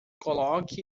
coloque